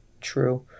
true